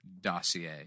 dossier